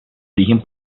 origen